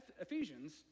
Ephesians